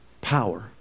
power